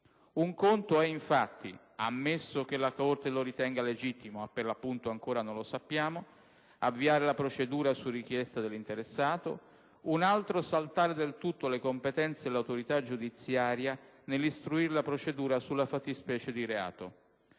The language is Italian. Un conto è infatti, ammesso che la Corte lo ritenga legittimo (e per l'appunto ancora non lo sappiamo), avviare la procedura su richiesta dell'interessato, un altro saltare del tutto le competenze dell'autorità giudiziaria nell'istruire la procedura sulla fattispecie di reato.